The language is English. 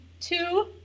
two